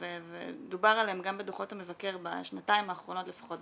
ודובר עליהם גם בדוחות המבקר בשנתיים האחרונות לפחות,